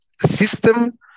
system